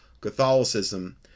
catholicism